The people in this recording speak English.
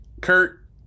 Kurt